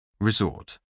Resort